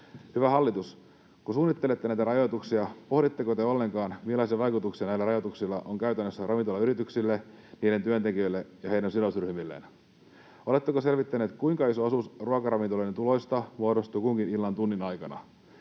Hyvä hallitus, kun suunnittelette näitä rajoituksia, pohditteko te ollenkaan, millaisia vaikutuksia näillä rajoituksilla on käytännössä ravintolayrityksille, niiden työntekijöille ja heidän sidosryhmilleen? Oletteko selvittäneet, kuinka iso osuus ruokaravintoloiden tuloista muodostuu illan kunkin tunnin aikana?